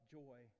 joy